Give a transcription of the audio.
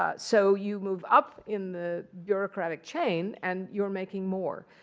ah so you move up in the bureaucratic chain, and you're making more.